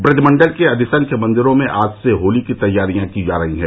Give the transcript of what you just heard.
ब्रजमण्डल के अधिसंख्य मंदिरों में आज से होली की तैयारियां की जा रही हैं